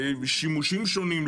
שימושים שונים,